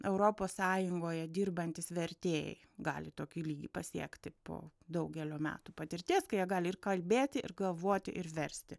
europos sąjungoje dirbantys vertėjai gali tokį lygį pasiekti po daugelio metų patirties kai jie gali ir kalbėti ir galvoti ir versti